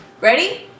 Ready